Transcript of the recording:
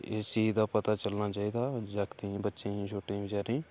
इस चीज दा पता चलना चाहिदा जागतें गी बच्चें छोटे बेचारें गी